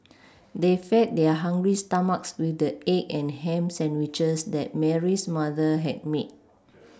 they fed their hungry stomachs with the egg and ham sandwiches that Mary's mother had made